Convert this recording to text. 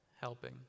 helping